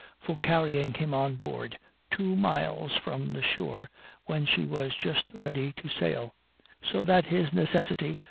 for carrying him on board two miles from the shore when she was just ready to sail so that his necessity,